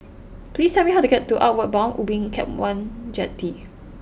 please tell me how to get to Outward Bound Ubin Camp one Jetty